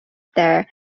there